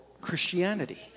christianity